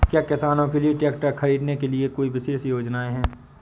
क्या किसानों के लिए ट्रैक्टर खरीदने के लिए विशेष योजनाएं हैं?